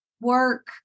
work